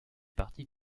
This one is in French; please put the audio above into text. partie